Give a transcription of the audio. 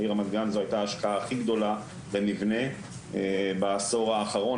בעיר רמת גן זאת הייתה השקעה הכי גדולה במבנה בעשור האחרון,